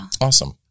Awesome